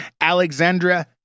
Alexandra